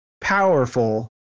powerful